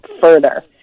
further